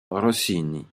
rossini